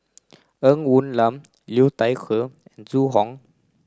Ng Woon Lam Liu Thai Ker and Zhu Hong